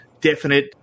definite